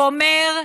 הוא אומר: